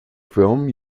film